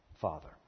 Father